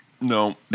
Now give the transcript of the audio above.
No